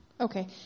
Okay